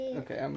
okay